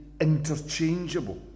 interchangeable